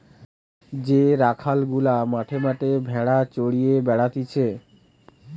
যে রাখাল গুলা মাঠে মাঠে ভেড়া চড়িয়ে বেড়াতিছে